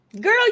Girl